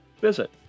visit